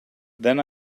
then